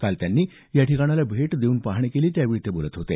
काल त्यांनी या ठिकाणाला भेट देऊन पाहणी केली त्यावेळी ते बोलत होते